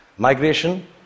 Migration